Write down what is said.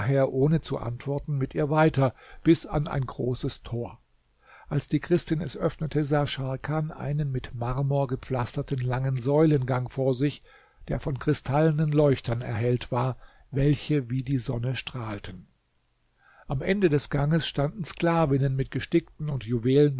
ohne zu antworten mit ihr weiter bis an ein großes tor als die christin es öffnete sah scharkan einen mit marmor gepflasterten langen säulengang vor sich der von kristallenen leuchtern erhellt war welche wie die sonne strahlten am ende des gangs standen sklavinnen mit gestickten und